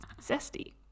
Zesty